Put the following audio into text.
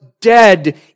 dead